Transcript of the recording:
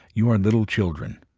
you are little children.